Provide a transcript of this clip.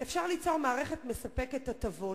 אפשר ליצור מערכת מספקת הטבות,